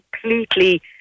completely